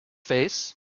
face